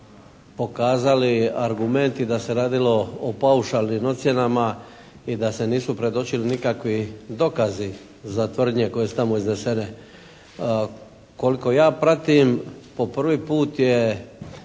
pokazali argumenti da se radilo o paušalnim ocjenama i da se nisu predočili nikakvi dokazi za tvrdnje koje su tamo iznesene. Koliko ja pratim po prvi put je